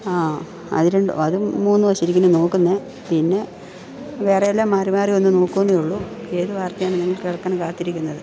അത് രണ്ടും അത് മൂന്നും ശരിക്കനും നോക്കുന്നത് പിന്നെ വേറെ എല്ലാം മാറിമാറി ഒന്ന് നോക്കുന്നതേ ഉള്ളു ഏത് വാർത്തയാണ് നിങ്ങൾ കേൾക്കാൻ കാത്തിരിക്കുന്നത്